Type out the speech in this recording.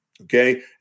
Okay